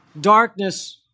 darkness